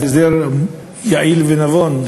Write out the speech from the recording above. הסדר יעיל ונבון,